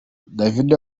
davido